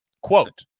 Quote